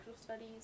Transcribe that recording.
studies